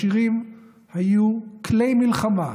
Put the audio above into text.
השירים היו כלי מלחמה,